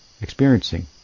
experiencing